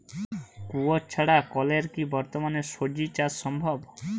কুয়োর ছাড়া কলের কি বর্তমানে শ্বজিচাষ সম্ভব?